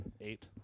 Eight